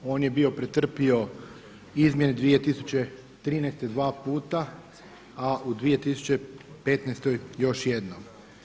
On je bio pretrpio izmjene 2013. dva puta, a u 2015. još jednom.